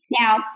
Now